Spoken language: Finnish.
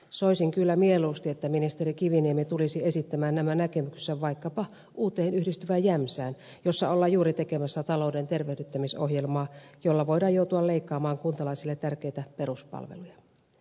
soisin kyllä mieluusti että ministeri kiviniemi tulisi esittämään nämä näkemyksensä vaikkapa uuteen yhdistyvään jämsään jossa ollaan juuri tekemässä talouden tervehdyttämisohjelmaa jolla voidaan joutua leikkaamaan kuntalaisille tärkeitä peruspalveluja